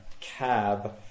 cab